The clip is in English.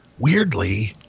Weirdly